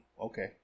okay